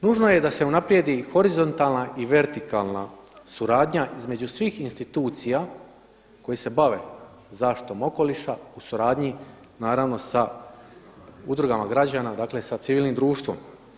Nužno je da se unaprijedi horizontalna i vertikalna suradnja između svih institucija koje se bave zaštitom okoliša u suradnji naravno sa udrugama građana, sa civilnim društvom.